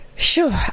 Sure